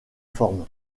forme